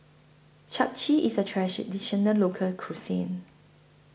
Chap Chai IS A Local Cuisine